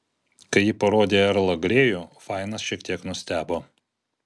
kai ji parodė į erlą grėjų fainas šiek tiek nustebo